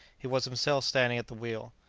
he was himself standing at the wheel.